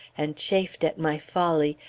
and chafed at my folly,